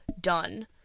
done